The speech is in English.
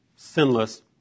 sinless